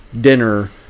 dinner